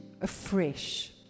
afresh